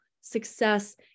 success